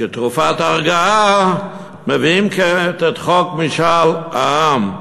וכתרופת הרגעה מביאים כעת את חוק משאל עם,